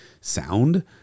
sound